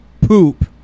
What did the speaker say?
poop